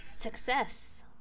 Success